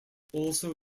also